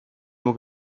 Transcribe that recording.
nur